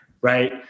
right